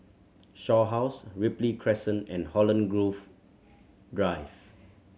Shaw House Ripley Crescent and Holland Grove Drive